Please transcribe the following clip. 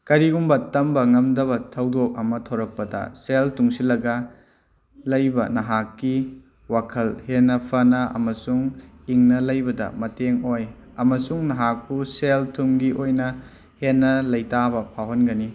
ꯀꯔꯤꯒꯨꯝꯕ ꯇꯝꯕ ꯉꯝꯗꯕ ꯊꯧꯗꯣꯛ ꯑꯃ ꯊꯣꯔꯛꯄꯗ ꯁꯦꯜ ꯇꯨꯡꯁꯤꯜꯂꯒ ꯂꯩꯕ ꯅꯍꯥꯛꯀꯤ ꯋꯥꯈꯜ ꯍꯦꯟꯅ ꯐꯅ ꯑꯃꯁꯨꯡ ꯏꯪꯅ ꯂꯩꯕꯗ ꯃꯇꯦꯡ ꯑꯣꯏ ꯑꯃꯁꯨꯡ ꯅꯍꯥꯛꯄꯨ ꯁꯦꯜ ꯊꯨꯝꯒꯤ ꯑꯣꯏꯅ ꯍꯦꯟꯅ ꯂꯩꯇꯥꯕ ꯐꯥꯎꯍꯟꯒꯅꯤ